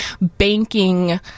banking